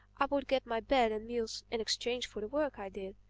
i would get my bed and meals in exchange for the work i did.